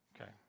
Okay